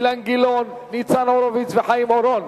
אילן גילאון, ניצן הורוביץ וחיים אורון,